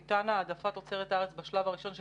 העדפה לתוצרת הארץ בשלב הראשון של